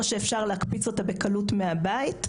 או שאפשר להקפיץ אותה בקלות מהבית,